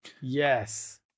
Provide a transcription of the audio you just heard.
Yes